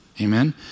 Amen